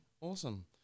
awesome